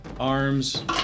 arms